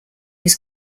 his